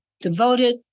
devoted